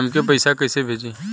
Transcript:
हमके पैसा कइसे भेजी?